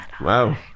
Wow